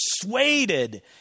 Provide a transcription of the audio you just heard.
persuaded